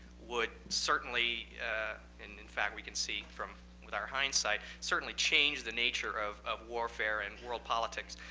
would certainly, and in fact, we can see from with our hindsight, certainly change the nature of of warfare and world politics.